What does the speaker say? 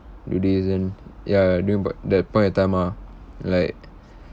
do this then ya during but that point in time ah like